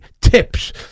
tips